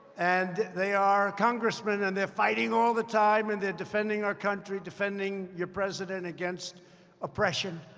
and they are congressmen, and they're fighting all the time and they're defending our country, defending your president against oppression.